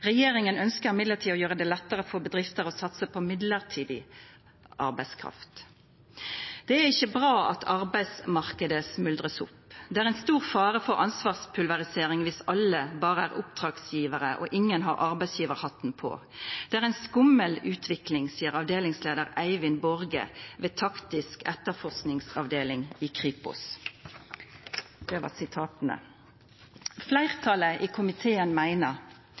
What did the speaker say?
å gjera det lettare for bedrifter å satsa på mellombels arbeidskraft. Avdelingsleiar Eivind Borge ved Taktisk etterforskningsavdeling i Kripos seier: «Det er ikke bra at arbeidsmarkedet smuldres opp. Det er stor fare for ansvarspulverisering hvis alle bare er oppdragsgivere og ingen har arbeidsgiverhatten på. Det er en skummel utvikling.»